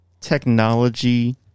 technology